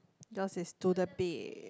does it's to the be